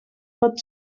pot